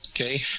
okay